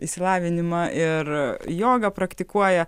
išsilavinimą ir jogą praktikuoja